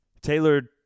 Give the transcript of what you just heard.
tailored